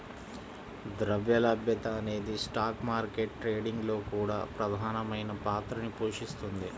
ద్రవ్య లభ్యత అనేది స్టాక్ మార్కెట్ ట్రేడింగ్ లో కూడా ప్రధానమైన పాత్రని పోషిస్తుంది